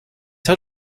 hat